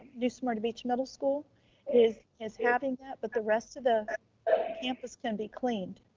new smyrna beach middle school is is having that, but the rest of the campus can be cleaned.